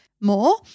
more